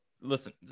Listen